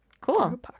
Cool